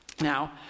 Now